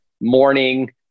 morning